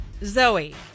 Zoe